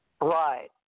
Right